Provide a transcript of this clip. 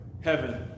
Heaven